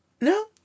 No